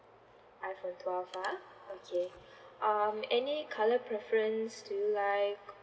iphone twelve ah okay um any colour preference do you like